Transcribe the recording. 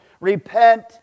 Repent